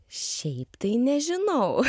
šiaip tai nežinau